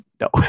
No